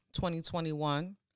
2021